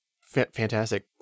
fantastic